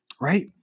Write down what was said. right